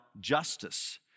justice